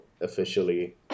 officially